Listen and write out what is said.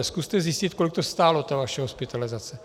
Zkuste zjistit, kolik stála ta vaše hospitalizace.